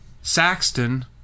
Saxton